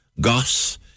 Goss